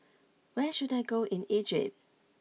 where should I go in Egypt